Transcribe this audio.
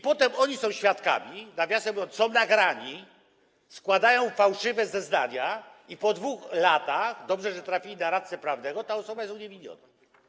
Potem oni są świadkami, nawiasem mówiąc, są nagrani, składają fałszywe zeznania i po 2 latach - dobrze, że trafili na radcę prawnego - ta osoba jest uniewinniona.